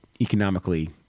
economically